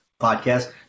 podcast